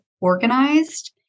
organized